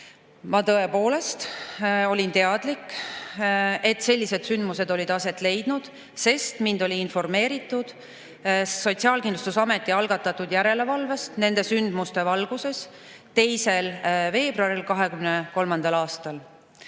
teadlik, [ma teadsin,] et sellised sündmused olid aset leidnud, sest mind oli informeeritud Sotsiaalkindlustusameti algatatud järelevalvest nende sündmuste valguses 2. veebruaril 2023.